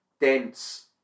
dense